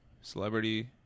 celebrity